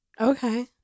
Okay